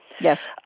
Yes